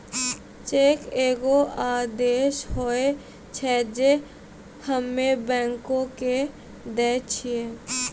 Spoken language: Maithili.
चेक एगो आदेश होय छै जे हम्मे बैंको के दै छिये